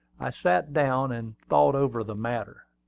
i sat down, and thought over the matter.